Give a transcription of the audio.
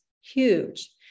huge